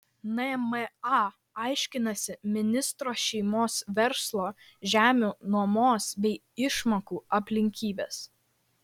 nma aiškinasi ministro šeimos verslo žemių nuomos bei išmokų aplinkybes